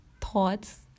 thoughts